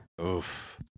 Oof